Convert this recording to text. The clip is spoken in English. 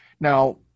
Now